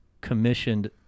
commissioned